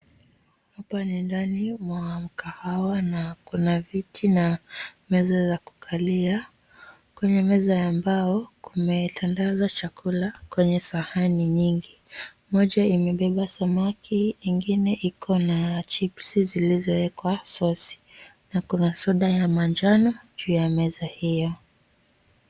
Hapa ni ndani mwa mkahawa na kuna viti na meza za kukalia, kwenye meza ya mbao kumetandazwa chakula kwenye sahani nyingi. Moja imebeba samaki nyingine iko na chipsi zilizowekwa sosi na kuna soda ya manjano juu ya meza hio.